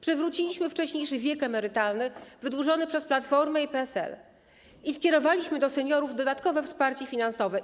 Przywróciliśmy wcześniejszy wiek emerytalny, wydłużony przez Platformę i PSL, i skierowaliśmy do seniorów dodatkowe wsparcie finansowe.